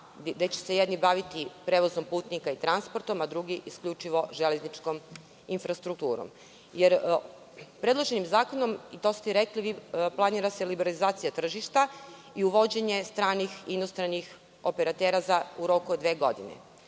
gde će se jedno baviti prevozom putnika i transportom, a drugi isključivo železničkom infrastrukturom. Predloženim zakonom, i to ste rekli, planira se liberalizacija tržišta i uvođenje stranih operatera u roku od dve godine.